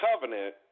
covenant